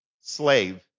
slave